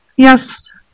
Yes